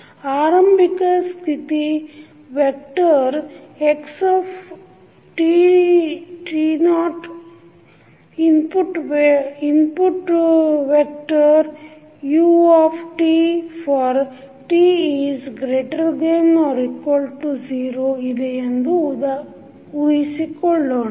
ಆರಂಭಿಕ ಸ್ಥಿತಿ vector xt0 input ವೇಟರ್utfor t≥0 ಇದೆಯೆಂದು ಉಳಿಸಿಕೊಳ್ಳೋಣ